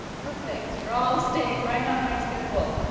perfect, you're all staying right on my schedule.